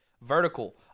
vertical